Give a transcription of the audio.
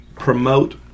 promote